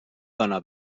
dona